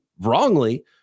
wrongly